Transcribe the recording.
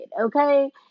okay